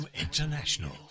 International